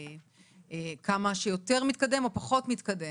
כמה שיותר מתקדם או פחות מתקדם,